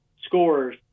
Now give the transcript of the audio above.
scores